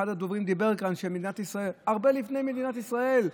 אחד הדוברים דיבר כאן, זה הרבה לפני מדינת ישראל.